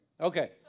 Okay